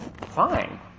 fine